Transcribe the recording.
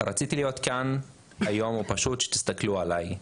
רציתי להיות אתכם היום ושפשוט תסתכלו עליי,